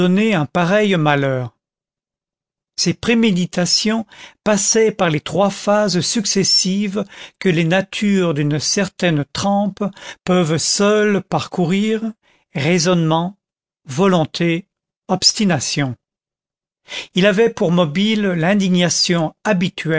un pareil malheur ses préméditations passaient par les trois phases successives que les natures d'une certaine trempe peuvent seules parcourir raisonnement volonté obstination il avait pour mobiles l'indignation